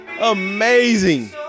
Amazing